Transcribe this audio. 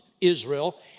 Israel